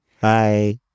Hi